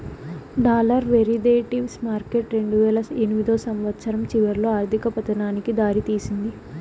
dollar derivatives market రెండువేల ఎనిమిదో సంవచ్చరం చివరిలో ఆర్థిక పతనానికి దారి తీసింది